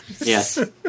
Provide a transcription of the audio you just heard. Yes